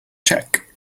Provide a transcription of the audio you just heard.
check